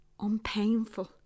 unpainful